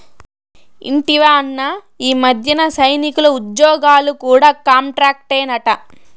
ఇంటివా అన్నా, ఈ మధ్యన సైనికుల ఉజ్జోగాలు కూడా కాంట్రాక్టేనట